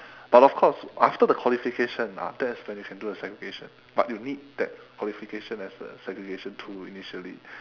but of course after the qualification ah that's when you can do the segregation but you need that qualification as a segregation tool initially